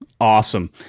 Awesome